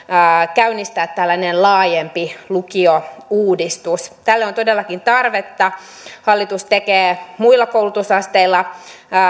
käynnistää tällainen laajempi lukiouudistus tälle on todellakin tarvetta hallitus tekee muilla koulutusasteilla